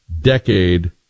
decade